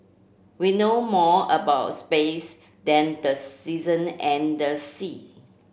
we know more about space than the season and the sea